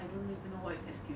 I don't even know what is S_Q